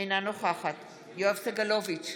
אינה נוכחת יואב סגלוביץ'